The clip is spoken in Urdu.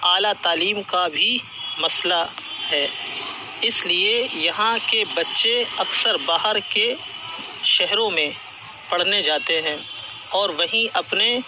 اعلیٰ تعلیم کا بھی مسئلہ ہے اس لیے یہاں کے بچے اکثر باہر کے شہروں میں پڑھنے جاتے ہیں اور وہیں اپنے